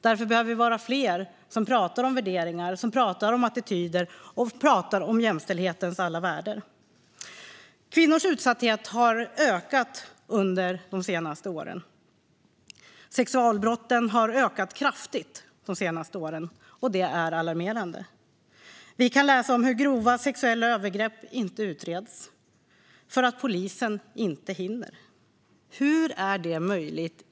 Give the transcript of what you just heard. Därför behöver vi vara fler som pratar om värderingar och attityder och som pratar om jämställdhetens alla värden. Kvinnors utsatthet har ökat under de senaste åren. Sexualbrotten har ökat kraftigt de senaste åren, och det är alarmerande. Vi kan läsa om att grova sexuella övergrepp inte utreds därför att polisen inte hinner. Hur är det möjligt?